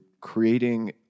creating